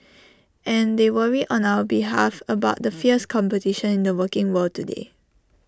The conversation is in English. and they worry on our behalf about the fierce competition in the working world today